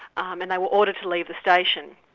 um and they were ordered to leave the station.